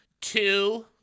Two